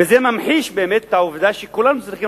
וזה ממחיש באמת את העובדה שכולנו צריכים